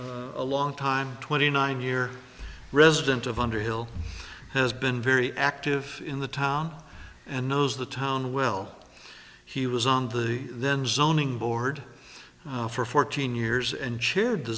rick a long time twenty nine year resident of underhill has been very active in the town and knows the town well he was on the then zoning board for fourteen years and chaired the